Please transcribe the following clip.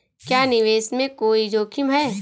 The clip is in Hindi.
क्या निवेश में कोई जोखिम है?